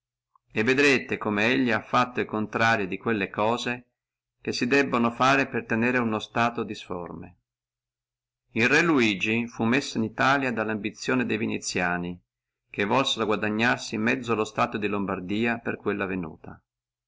e vedrete come elli ha fatto el contrario di quelle cose che si debbono fare per tenere uno stato disforme el re luigi fu messo in italia dalla ambizione de viniziani che volsono guadagnarsi mezzo lo stato di lombardia per quella venuta